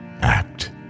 Act